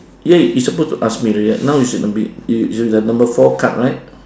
ya you suppose to ask me already right now you should be at number four card right